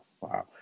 Wow